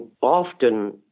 often